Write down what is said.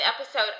episode